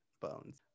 bones